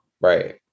Right